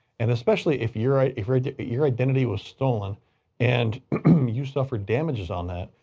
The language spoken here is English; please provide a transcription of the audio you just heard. and especially if you're a, if your identity was stolen and you suffered damages on that,